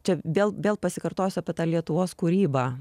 čia vėl vėl pasikartosiu apie tą lietuvos kūrybą